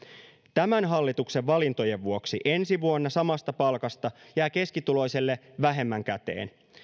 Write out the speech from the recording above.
tämän hallituksen valintojen vuoksi ensi vuonna samasta palkasta jää keskituloiselle vähemmän käteen